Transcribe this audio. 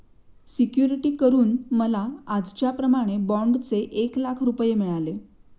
security करून मला आजच्याप्रमाणे बाँडचे एक लाख रुपये मिळाले